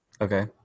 okay